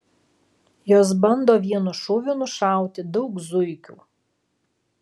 jos bando vienu šūviu nušauti daug zuikių